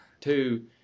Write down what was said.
two